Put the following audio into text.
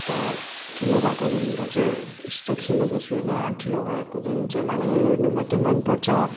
तर ठुलो भएकोदेखिको चाहिँ त्यस्तो खेलेको छुइनँ ठुलो भएकोदेखि चाहिँ मलाई हेर्नु मात्रै मनपर्छ